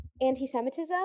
anti-Semitism